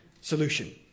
solution